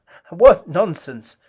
what nonsense!